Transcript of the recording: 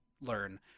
learn